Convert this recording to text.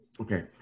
okay